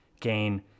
gain